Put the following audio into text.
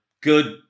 good